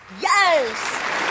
Yes